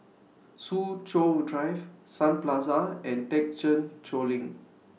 Soo Chow Drive Sun Plaza and Thekchen Choling